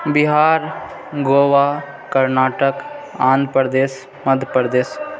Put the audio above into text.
Bihar Goa Karnataka Andhra Pradesh Madhya Pradesh